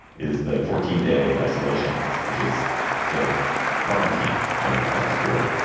is the fourteen day isolations, which is instead of quarantine, which i thought was cool.